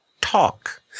Talk